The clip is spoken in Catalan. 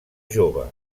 jove